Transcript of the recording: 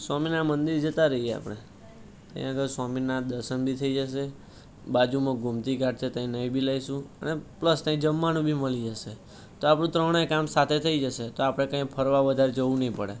સ્વામિનારાયણ મંદિર જતાં રહીએ આપણે તઈ આગળ સ્વામિનારાયના દર્શન બી થઈ જશે બાજુમાં ગોમતીઘાટ પણ છે તઈ નાહી બી લઈશું અને પ્લસ તઈ જમવાનું પણ મળી જશે તો આપણા ત્રણે કામ સાથે થઈ જશે તો આપણે કંઈ ફરવા વધારે જવું નહીં પડે